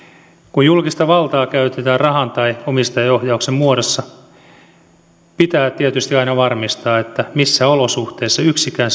kun julkista valtaa käytetään rahan tai omistajaohjauksen muodossa pitää tietysti aina varmistaa että missään olosuhteissa yksikään